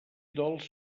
dolç